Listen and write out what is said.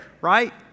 right